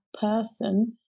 person